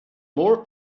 more